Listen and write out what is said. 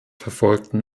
verfolgten